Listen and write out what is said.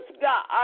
God